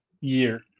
year